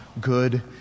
good